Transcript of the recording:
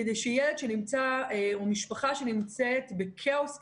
כדי שילד שנמצא או משפחה שנמצאת כרגע בכאוס בחייהם,